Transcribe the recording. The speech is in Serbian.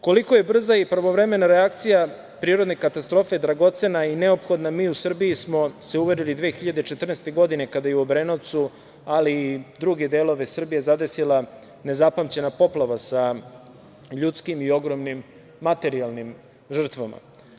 Koliko je brza i pravovremena reakcija na prirodne katastrofe dragocena i neophodna, mi u Srbiji smo se uverili 20147. godine kada je u Obrenovcu, ali i druge delove Srbije zadesila nezapamćena poplava sa ljudskim i ogromnim materijalnim žrtvama.